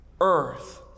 earth